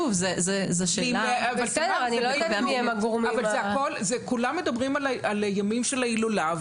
כולם מדברים על ימי ההילולה,